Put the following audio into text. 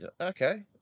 okay